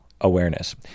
awareness